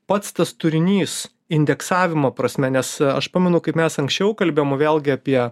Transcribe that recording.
pats tas turinys indeksavimo prasme nes aš pamenu kaip mes anksčiau kalbėjom vėlgi apie